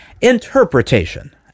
Interpretation